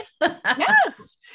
Yes